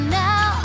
now